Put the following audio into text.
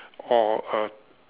or a